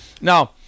now